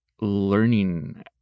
learning